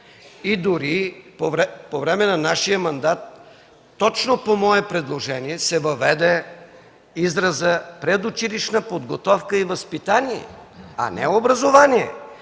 Дори по време на нашия мандат, точно по мое предложение, се въведе изразът „предучилищна подготовка и възпитание”, а не „образование”.